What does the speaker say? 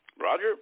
Roger